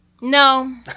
No